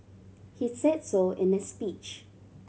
he said so in his speech